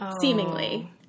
seemingly